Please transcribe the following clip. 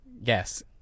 Yes